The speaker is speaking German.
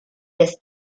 des